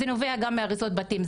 זה נובע גם מהריסות בתים,